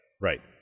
right